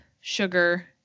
sugar